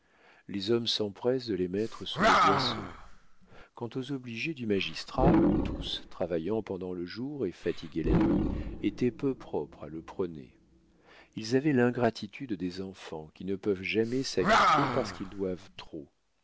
les hommes s'empressent de les mettre sous le boisseau quant aux obligés du magistrat tous travaillant pendant le jour et fatigués la nuit étaient peu propres à le prôner ils avaient l'ingratitude des enfants qui ne peuvent jamais s'acquitter parce qu'ils doivent trop